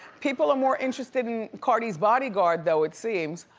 people are more interested in cardi's body guard though, it seems.